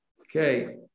Okay